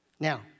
Now